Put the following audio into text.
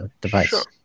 device